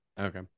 Okay